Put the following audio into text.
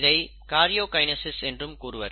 இதை கார்யோகைனசிஸ் என்றும் கூறுவர்